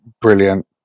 brilliant